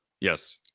Yes